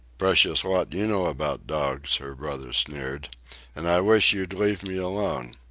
precious lot you know about dogs, her brother sneered and i wish you'd leave me alone.